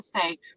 say